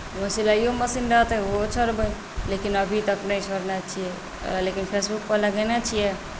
एगो सिलाइओ मशीन रहतै तऽ ओहो छोड़बै लेकिन अभी तक नहि छोड़ने छियै लेकिन फेसबुकपर लगेने छियै